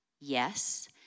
yes